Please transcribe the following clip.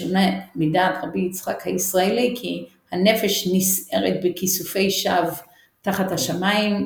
בשונה מדעת ר' יצחק הישראלי כי הנפש נסערת בכיסופי שווא תחת השמים,